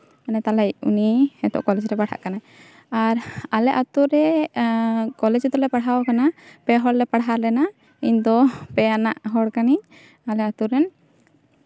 ᱢᱟᱱᱮ ᱛᱟᱞᱟᱭᱤᱡ ᱩᱱᱤ ᱱᱤᱛᱚᱜ ᱠᱚᱞᱮᱡᱽ ᱨᱮ ᱯᱟᱲᱦᱟᱜ ᱠᱟᱱᱟᱭ ᱟᱨ ᱟᱞᱮ ᱟᱛᱳ ᱨᱮ ᱠᱚᱞᱮᱡᱽ ᱨᱮᱫᱚ ᱞᱮ ᱯᱟᱲᱦᱟᱣ ᱠᱟᱱᱟ ᱯᱮᱦᱚᱲᱞᱮ ᱯᱟᱲᱦᱟᱣ ᱞᱮᱱᱟ ᱤᱧ ᱫᱚ ᱯᱮ ᱟᱱᱟᱜ ᱦᱚᱲ ᱠᱟᱹᱱᱟᱹᱧ ᱟᱞᱮ ᱟᱛᱳ ᱨᱮᱱ